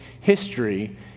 history